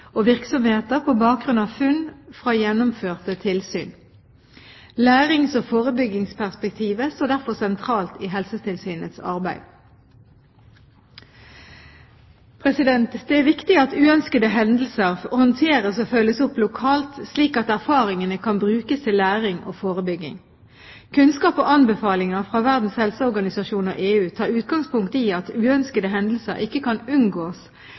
og veiledning til helsepersonell og virksomheter på bakgrunn av funn fra gjennomførte tilsyn. Lærings- og forebyggingsperspektivet står derfor sentralt i Helsetilsynets arbeid. Det er viktig at uønskede hendelser håndteres og følges opp lokalt, slik at erfaringene kan brukes til læring og forebygging. Kunnskap og anbefalinger fra Verdens helseorganisasjon og EU tar utgangspunkt i at uønskede hendelser ikke kan unngås,